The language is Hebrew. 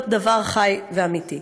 להיות דבר חי ואמיתי.